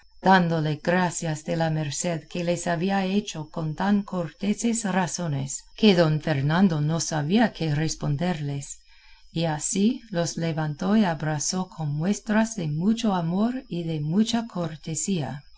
dándole gracias de la merced que les había hecho con tan corteses razones que don fernando no sabía qué responderles y así los levantó y abrazó con muestras de mucho amor y de mucha cortesía